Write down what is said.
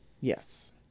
Yes